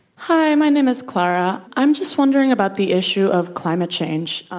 hi. my name is clara. i'm just wondering about the issue of climate change.